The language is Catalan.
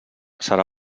serà